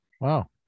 wow